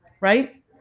right